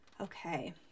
Okay